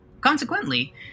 Consequently